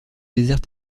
désert